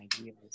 ideas